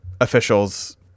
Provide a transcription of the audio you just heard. officials